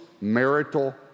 marital